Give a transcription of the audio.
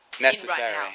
Necessary